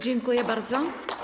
Dziękuję bardzo.